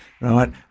right